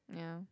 yeah